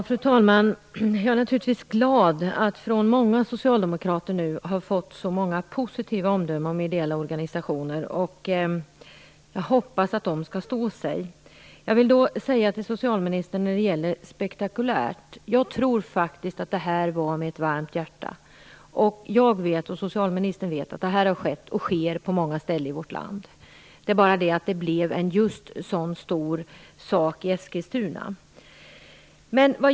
Fru talman! Jag är naturligtvis glad över att från så många socialdemokrater nu ha fått positiva omdömen om ideella organisationer. Jag hoppas att de kommer att stå sig. När det gäller det "spektakulära" vill jag till socialministern säga att jag faktiskt tror att det här gjordes med ett varmt hjärta. Jag vet, och socialministern vet, att detta sker och har skett på många ställen i vårt land. Men just i Eskilstuna blev det en stor sak.